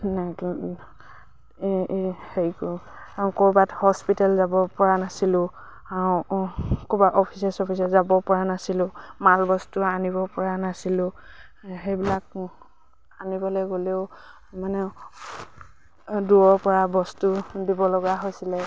হেৰি ক'ৰবাত হস্পিটেল যাব পৰা নাছিলোঁ ক'ৰবাত অফিচে চফিচে যাব পৰা নাছিলোঁ মাল বস্তু আনিব পৰা নাছিলোঁ সেইবিলাক আনিবলে গ'লেও মানে দূৰৰ পৰা বস্তু দিব লগা হৈছিলে